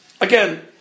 Again